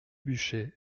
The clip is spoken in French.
bûcher